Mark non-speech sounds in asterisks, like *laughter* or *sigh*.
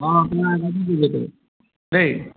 অঁ কিন্তু *unintelligible* দেই